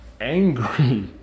angry